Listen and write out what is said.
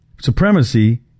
supremacy